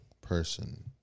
person